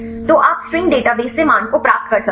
तो आप string database से मान को प्राप्त कर सकते हैं